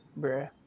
Bruh